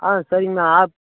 ஆ சரிங்கம்மா ஆப்